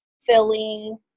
filling